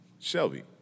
Shelby